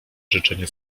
życzenie